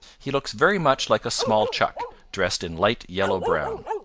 he looks very much like a small chuck dressed in light yellow-brown.